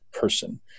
person